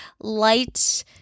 light